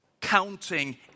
counting